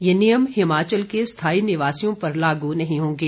ये नियम हिमाचल के स्थाई निवासियों पर लागू नहीं होगें